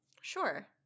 Sure